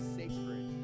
sacred